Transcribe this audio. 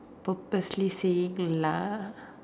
purposely saying lah